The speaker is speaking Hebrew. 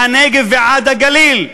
מהנגב ועד הגליל.